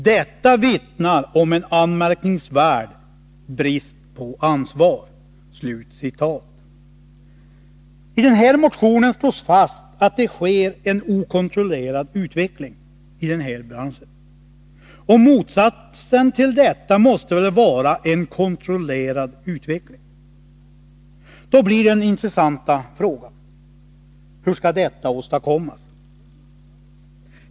Detta vittnar om en anmärkningsvärd brist på ansvar.” I motionen slås fast att det är en okontrollerad utveckling i den här branschen. Motsatsen måste väl vara en kontrollerad utveckling. Då uppstår den intressanta frågan: Hur skall detta åstadkommas?